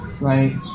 right